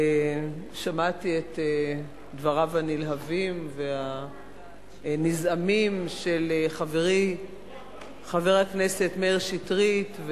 שמעתי את דבריו הנלהבים והנזעמים של חברי חבר הכנסת מאיר שטרית.